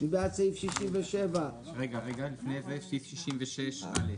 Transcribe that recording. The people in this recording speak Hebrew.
לגבי סעיף 66(א).